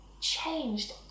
changed